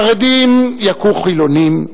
חרדים יכו חילונים,